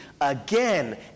again